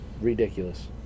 ridiculous